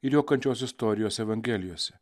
ir jo kančios istorijos evangelijose